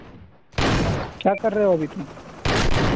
کیا کر رہے ہو ابھی تم